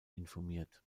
informiert